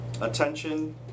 Attention